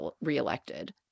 reelected